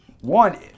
One